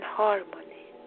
harmony